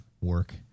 work